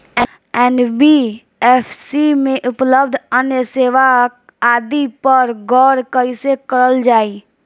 NBFC में उपलब्ध अन्य सेवा आदि पर गौर कइसे करल जाइ?